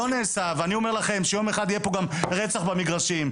ואני אומר לכם שיום אחד יהיה פה גם רצח במגרשים.